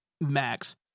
max